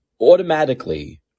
automatically